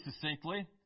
succinctly